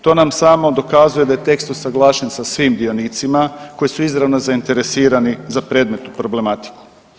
To nam samo dokazuje da je tekst usaglašen sa svim dionicima koji su izravno zainteresirani za predmetnu problematiku.